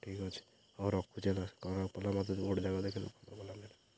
ଠିକ୍ ଅଛି ହଉ ରଖୁଚି ହେଲା